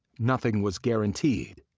nothing was guaranteed.